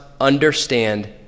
understand